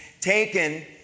taken